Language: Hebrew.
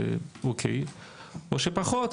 או שפחות,